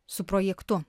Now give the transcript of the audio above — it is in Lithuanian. su projektu